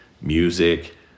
Music